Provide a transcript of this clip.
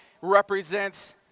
represents